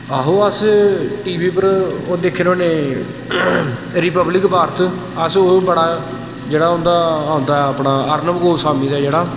आहो अस T V उप्पर ओह् दिक्खने होन्ने रिप्वलिक भारत अस ओह् बड़ा जेह्ड़ा उं'दा औंदा ऐ अपना अर्नव गोस्बामी दा जेह्ड़ा